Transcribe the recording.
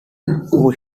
who